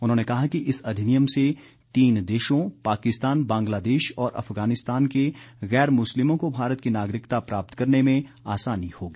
उन्होंने कहा कि इस अधिनियम से तीन देशों पाकिस्तान बांग्लादेश और अफगानिस्तान के गैर मुस्लिमों को भारत की नागरिकता प्राप्त करने में आसानी होगी